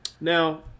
Now